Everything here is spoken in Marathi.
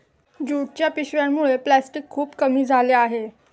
ज्यूटच्या पिशव्यांमुळे प्लॅस्टिक खूप कमी झाले आहे